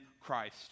Christ